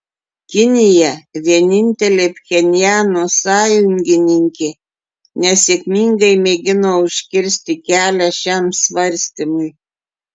kinija vienintelė pchenjano sąjungininkė nesėkmingai mėgino užkirsti kelią šiam svarstymui